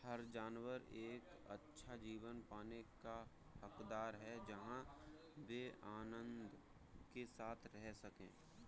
हर जानवर एक अच्छा जीवन पाने का हकदार है जहां वे आनंद के साथ रह सके